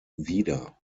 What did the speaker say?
wider